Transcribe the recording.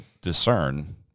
discern